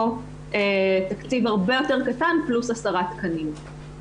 או תקציב הרבה יותר קטן, פלוס עשרה תקנים.